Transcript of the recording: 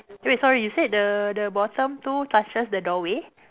wait sorry you said the the bottom two touches the doorway